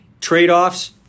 Trade-offs